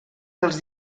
dels